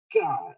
God